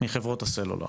מחברות הסלולר?